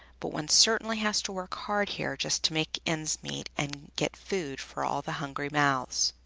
but one certainly has to work hard here just to make ends meet and get food for all the hungry mouths!